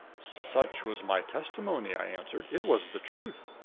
such was my testimony, i answered. it was the truth.